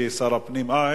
כי שר הפנים,